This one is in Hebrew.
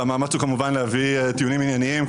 והמאמץ הוא כמובן להביא טיעונים ענייניים,